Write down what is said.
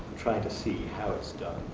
trying to see how it's done.